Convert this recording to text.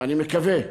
אני מקווה שיחשבו,